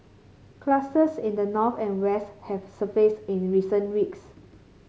clusters in the north and west have surfaced in recent weeks